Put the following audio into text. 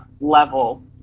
level